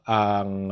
ang